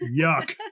yuck